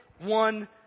one